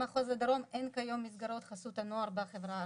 במחוז הדרום אין כיום מסגרות חסות הנוער בחברה הערבית.